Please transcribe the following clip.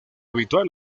habitual